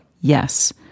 Yes